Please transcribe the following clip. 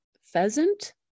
pheasant